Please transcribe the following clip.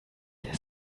der